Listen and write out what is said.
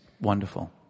wonderful